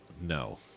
No